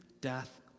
death